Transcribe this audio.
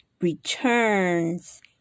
returns